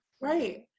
Right